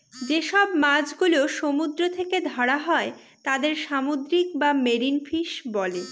যেসব মাছ গুলো সমুদ্র থেকে ধরা হয় তাদের সামুদ্রিক বা মেরিন ফিশ বলে